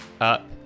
up